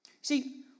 See